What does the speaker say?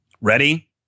Ready